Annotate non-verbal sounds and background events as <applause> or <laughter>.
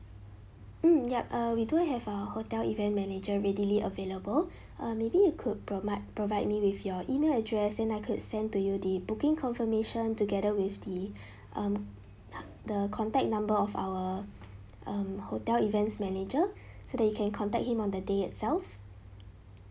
mm yup err we do have our hotel event manager readily available <breath> uh maybe you could provide provide me with your email address and I could send to you the booking confirmation together with the <breath> um the contact number of our um hotel events manager <breath> so that you can contact him on the day itself